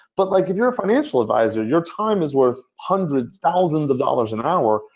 but like if you're a financial advisor, your time is worth hundreds, thousands of dollars an hour.